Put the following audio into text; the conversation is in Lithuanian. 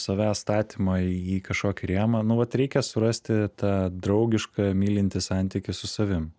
savęs statymo į kažkokį rėmą nu vat reikia surasti tą draugišką mylintį santykį su savim